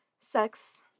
sex